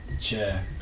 Chair